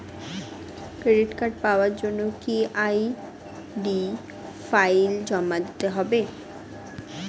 Credit card পাওয়ার জন্য কি আই.ডি ফাইল জমা দিতে হবে?